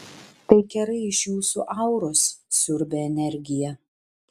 tai kerai iš jūsų auros siurbia energiją